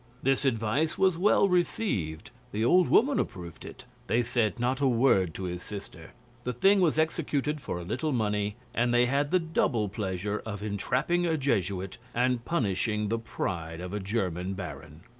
this advice was well received, the old woman approved it they said not a word to his sister the thing was executed for a little money, and they had the double pleasure of entrapping a jesuit, and punishing the pride of a german baron.